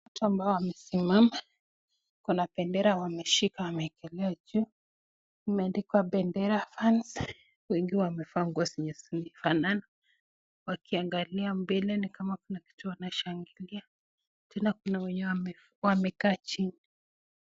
Watu ambao wamesimama, kuna bendera wameshika wameekelea juu, imeaandikwa bendera fancy,(cs), wengi wamevaa nguo zenye zinafanana , wakiangalia mbele ni kama Kuna kituo wanashangilia, tena kuna wenye wamekaa chini.